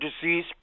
Disease